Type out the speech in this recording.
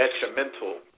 detrimental